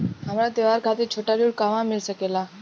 हमरा त्योहार खातिर छोटा ऋण कहवा मिल सकेला?